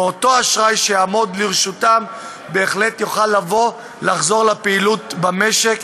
ואותו אשראי שיעמוד לרשותם בהחלט יוכל לחזור לפעילות במשק,